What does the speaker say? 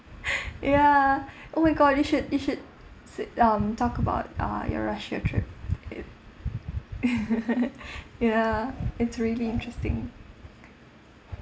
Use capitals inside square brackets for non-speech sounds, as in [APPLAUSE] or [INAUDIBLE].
[BREATH] ya [BREATH] oh my god you should you should said um talk about uh your russia trip it [LAUGHS] [BREATH] ya it's really interesting